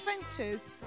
adventures